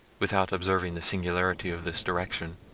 without observing the singularity of this direction,